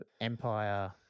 empire